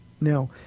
Now